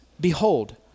Behold